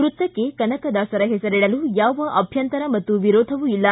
ವೃತ್ತಕ್ಕೆ ಕನಕದಾಸರ ಹೆಸರಿಡಲು ಯಾವ ಅಭ್ಯಂತರ ಮತ್ತು ವಿರೋಧವೂ ಇಲ್ಲ